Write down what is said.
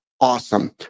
Awesome